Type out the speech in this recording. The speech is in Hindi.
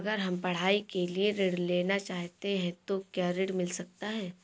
अगर हम पढ़ाई के लिए ऋण लेना चाहते हैं तो क्या ऋण मिल सकता है?